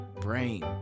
brain